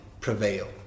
prevail